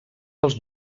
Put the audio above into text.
els